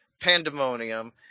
pandemonium